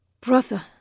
Brother